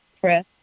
press